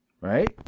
right